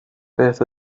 beth